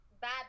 Bad